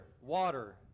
water